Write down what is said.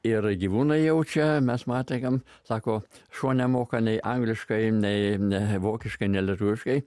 ir gyvūnai jaučia mes matėme sako šuo nemoka nei angliškai nei ne vokiškai nei lietuviškai